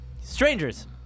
Strangers